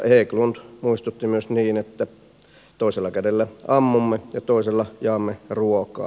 hägglund muistutti myös että toisella kädellä ammumme ja toisella jaamme ruokaa